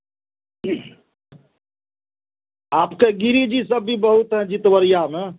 आपके गिरीश जी सब भी बहुत हैं जित्वरिया में